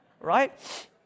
right